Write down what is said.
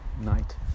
night